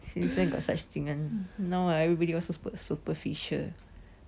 since when got such thing [one] now ah everybody all so superficial